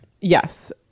yes